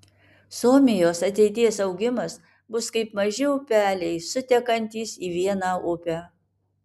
suomijos ateities augimas bus kaip maži upeliai sutekantys į vieną upę